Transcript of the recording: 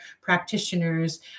practitioners